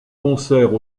concerts